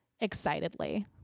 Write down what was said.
excitedly